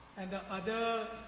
and the other,